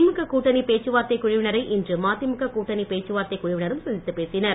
திமுக கூட்டணி பேச்சுவார்த்தை குழுவினரை இன்று மதிமுக கூட்டணி பேச்சுவார்த்தை குழுவினரும் சந்தித்து பேசினர்